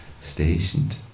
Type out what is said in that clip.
stationed